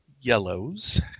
yellows